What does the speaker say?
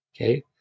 Okay